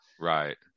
right